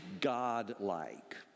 God-like